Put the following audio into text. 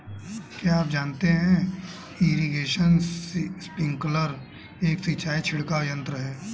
क्या आप जानते है इरीगेशन स्पिंकलर एक सिंचाई छिड़काव यंत्र है?